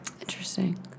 Interesting